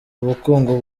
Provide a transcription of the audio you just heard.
ubukungu